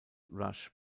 rush